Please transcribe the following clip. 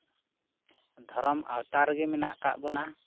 ᱫᱷᱚᱨᱚᱢ ᱟᱣᱛᱟ ᱨᱮᱜᱮ ᱢᱮᱱᱟᱜ ᱠᱟᱜ ᱵᱚᱱᱟ